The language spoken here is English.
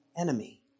enemy